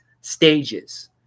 stages